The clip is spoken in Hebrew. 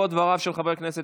דמי לידה לעצמאיות,